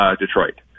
Detroit